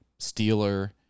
Steeler